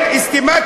אתה יודע שגם השמאל,